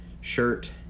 shirt